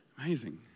Amazing